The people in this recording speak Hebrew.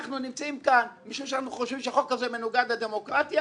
אנחנו נמצאים כאן משום שאנחנו חושבים שהחוק הזה מנוגד לדמוקרטיה,